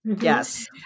Yes